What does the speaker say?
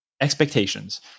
expectations